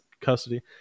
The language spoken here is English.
custody